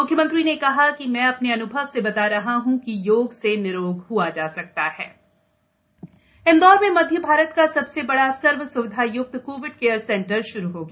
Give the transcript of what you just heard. मुख्यमंत्री ने कहा कि मैं अपने अनुभव से बता रहा हूं कि योग से निरोग हुआ जा सकता हप प्रदेश कोरोना इंदौर में मध्य भारत का सबसे बड़ा सर्व स्विधाय्क्त कोविड केयर सेंटर श्रू हो गया